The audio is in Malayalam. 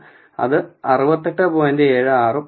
76 ഉം ആണ്